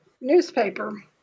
newspaper